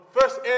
first